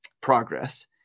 progress